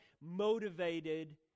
motivated